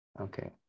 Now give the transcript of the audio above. Okay